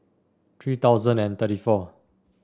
three thousand and thirty four